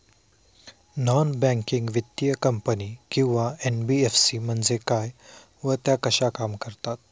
Non banking वित्तीय company किंवा NBFC म्हणजे काय व त्या कशा काम करतात?